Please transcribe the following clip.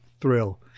thrill